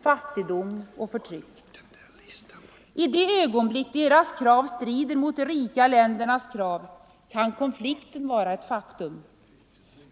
fattigdom och förtryck. I de ögonblick deras krav strider mot de rika ländernas krav kan konflikten vara ett faktum.